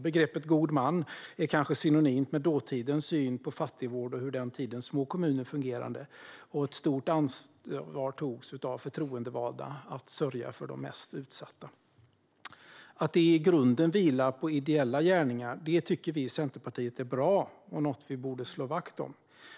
Begreppet god man är kanske synonymt med dåtidens syn på fattigvård och hur den tidens små kommuner fungerade. Ett stort ansvar togs av förtroendevalda när det gällde att sörja för de mest utsatta. Att detta i grunden vilar på ideella gärningar tycker vi i Centerpartiet är bra och något som vi borde slå vakt om.